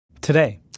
Today